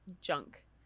junk